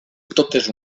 totes